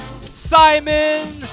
Simon